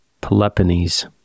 Peloponnese